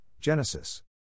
Genesis